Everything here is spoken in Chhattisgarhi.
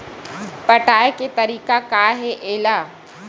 पटाय के तरीका का हे एला?